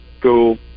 cool